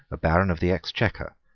a baron of the exchequer,